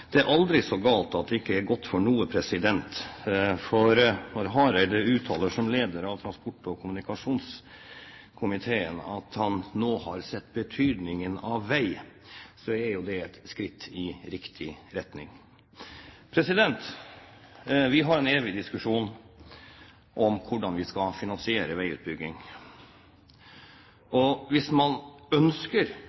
det er aldri så galt at det ikke er godt for noe, for når Hareide som leder av transport- og kommunikasjonskomiteen uttaler at han nå har sett betydningen av vei, er jo det et skritt i riktig retning. Vi har en evig diskusjon om hvordan vi skal finansiere veiutbygging.